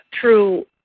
true